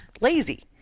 lazy